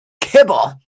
Kibble